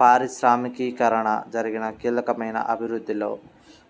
పారిశ్రామికీకరణలో జరిగిన కీలకమైన అభివృద్ధిలో